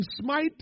smite